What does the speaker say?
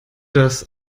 das